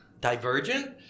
divergent